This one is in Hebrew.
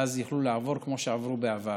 ואז יוכלו לעבור כמו שעברו בעבר.